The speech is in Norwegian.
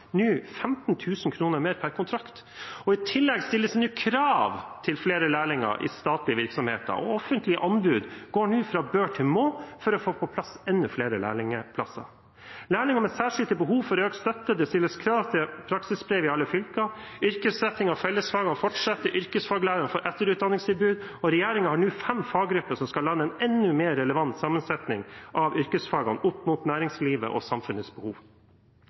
nå 15 000 kr mer per kontrakt, og i tillegg stilles det nå krav til flere lærlinger i statlige virksomheter, og offentlige anbud går nå fra bør til må for å få på plass enda flere lærlingplasser. Lærlinger med særskilte behov får økt støtte, det stilles krav til praksisbrev i alle fylker, yrkesrettingen av fellesfagene fortsetter, yrkesfaglærerne får etterutdanningstilbud, og regjeringen har nå fem faggrupper som skal lage en enda mer relevant sammensetning av yrkesfagene opp mot næringslivet og samfunnets behov.